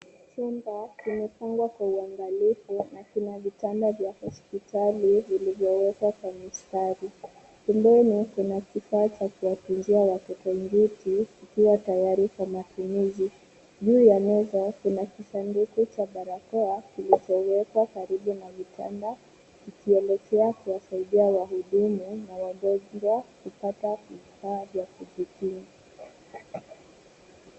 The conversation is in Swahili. Chumba kimefumbwa kwa uangalifu na kina vitanda vya hospitali vilivyowekwa kwa mistari. Pembeni kuna kifaa cha kuwatunzia watoto njuti kikiwa tayari kwa matumizi. Juu ya meza kuna kisanduku cha barakoa kilichowekwa karibu na vitanda kikielekea kuwasaidia wahudumu na wagonjwa kupata vifaa vya kujikinga.